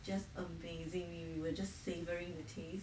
just amazing we will just savouring the taste